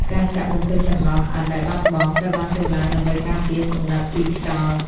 ការចាក់បំពេញចន្លោះឥដ្ឋដែលបាត់បង់ ត្រូវបានធ្វើឡើងដើម្បីការពារសំណឹកពីខ្យល់។